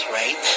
right